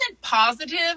positive